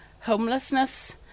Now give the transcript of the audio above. homelessness